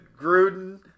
gruden